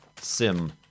sim